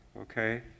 Okay